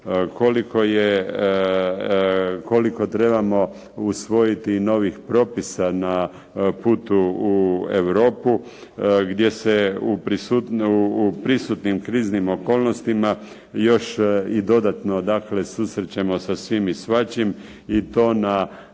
koliko trebamo usvojiti novih propisa na putu u Europu gdje se u prisutnim kriznimn okolnostima još i dodatno dakle susrećemo sa svim i svačim i to na